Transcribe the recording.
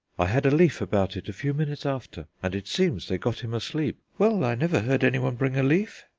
i had a leaf about it a few minutes after, and it seems they got him asleep. well! i never heard anyone bring a leaf.